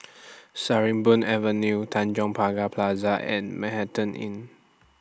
Sarimbun Avenue Tanjong Pagar Plaza and Manhattan Inn